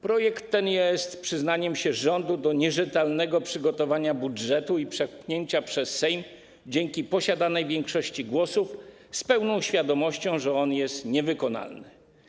Projekt ten jest przyznaniem się rządu do nierzetelnego przygotowania budżetu i przepchnięcia go przez Sejm dzięki posiadanej większości głosów z pełną świadomością, że jest on niewykonalny.